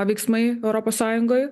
veiksmai europos sąjungoj